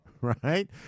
Right